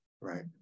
right